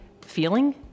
feeling